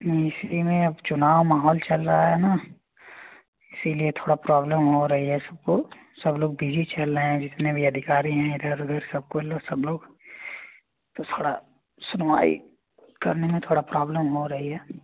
इसी में अब चुनाव महोत्सव चल रहा है न इसलिये थोड़ा प्रॉब्लम हो रही है सबको सब लोग बीजी चल रहे हैं जितने भी अधिकारी हैं इधर उधर सब को तो सब लोग तो थोड़ा स्माइल करने में थोड़ा प्रॉब्लम हो रही है